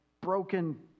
broken